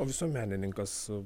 o visuomenininkas